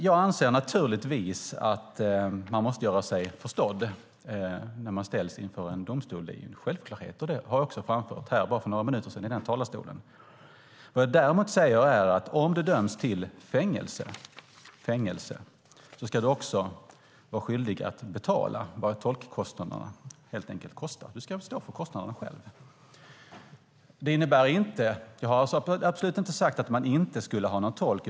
Jag anser naturligtvis att man måste göra sig förstådd när man ställs inför en domstol. Det är en självklarhet, och det framförde jag också för bara några minuter sedan i talarstolen här mitt emot. Vad jag däremot säger är att om man döms till fängelse ska man också vara skyldig att betala tolkkostnaderna. Man får stå för kostnaden själv. Det innebär inte - och det har jag absolut inte sagt - att det inte ska finnas någon tolk.